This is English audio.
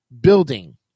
building